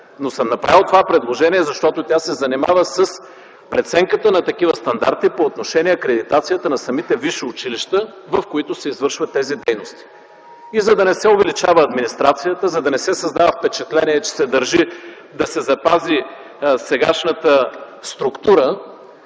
но съм направил това предложение, защото тя се занимава с преценката на такива стандарти по отношение акредитацията на самите висши училища, в които се извършват тези дейности. За да не се увеличава администрацията, за да не се създава впечатление, че се държи да се запази сегашната структура,